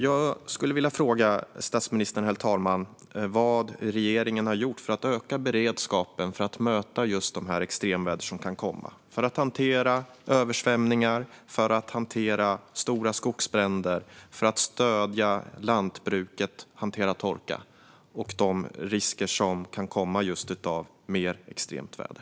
Jag skulle vilja fråga statsministern vad regeringen har gjort för att öka beredskapen för att möta de extremväder som kan komma, för att hantera översvämningar och stora skogsbränder, för att stödja lantbruket och hantera torka och de risker som kan komma av mer extremt väder.